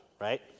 right